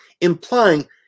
implying